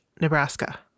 Nebraska